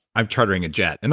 i'm chartering a jet. and